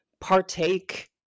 partake